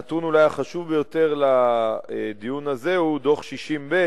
הנתון אולי החשוב ביותר לדיון הזה הוא דוח 60ב,